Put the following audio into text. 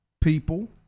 people